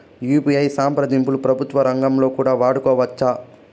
UPI సంప్రదింపులు ప్రభుత్వ రంగంలో కూడా వాడుకోవచ్చా?